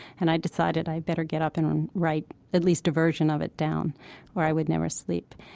and i decided i better get up and write at least a version of it down or i would never sleep.